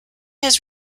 his